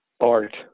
art